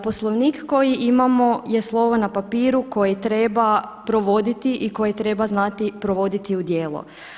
Poslovnik koji imamo je slovo na papiru koje treba provoditi i koje treba znati provoditi u djelo.